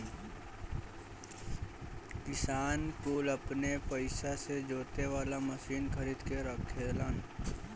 किसान कुल अपने पइसा से जोते वाला मशीन खरीद के रखेलन